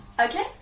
Okay